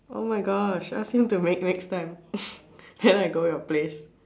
oh my gosh ask him to make next time then I go your place